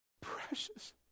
precious